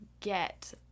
get